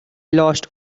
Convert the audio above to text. lost